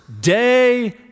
day